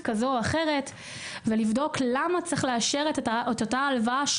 כזו או אחרת ולבדוק למה שני גורמים,